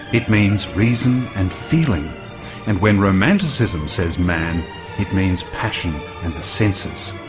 it means reason and feeling and when romanticism says man it means passion and the senses.